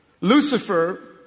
Lucifer